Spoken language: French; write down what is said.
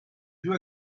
joue